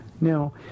Now